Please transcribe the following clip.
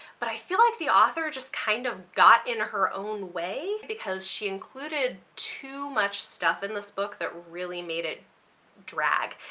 but i feel like the author just kind of got in her own way because she included too much stuff in this book that really made it drag.